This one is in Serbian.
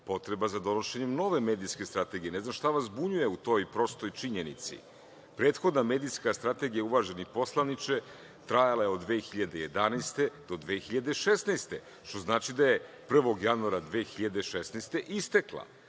potreba za donošenjem nove medijske strategije. Ne znam šta vas zbunjuje u toj prostoj činjenici. Prethodna medijska strategija, uvaženi poslaniče, trajala je od 2011. godine do 2016. godine, što znači da je 1. januara 2016. godine istekla.